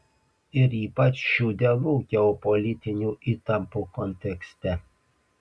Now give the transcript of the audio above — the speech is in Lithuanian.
ir ypač šių dienų geopolitinių įtampų kontekste